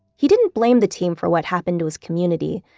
he didn't blame the team for what happened to his community,